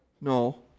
no